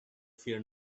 fear